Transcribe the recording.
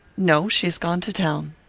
no she has gone to town.